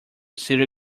city